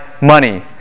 money